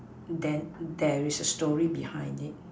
then there is a story behind it